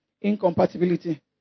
Incompatibility